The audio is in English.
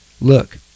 look